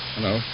Hello